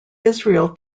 israel